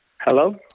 hello